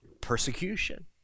persecution